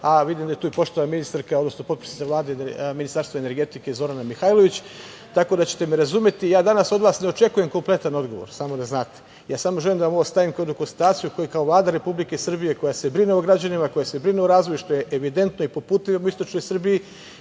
Vidim da je tu i poštovana ministarka, odnosno potpredsednica Vlade Ministarstva i energetike Zorana Mihajlović, tako da ćete me razumeti. Ja danas od vas ne očekujem kompletan odgovor, samo da znate, ja samo želim da vam ovo stavim kao jednu konstataciju koju kao Vlada Republike Srbije koja se brine o građanima, koja se brine o razvoju, što je evidentno i po putevima u Istočnoj Srbiji